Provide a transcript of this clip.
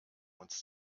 uns